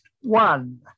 one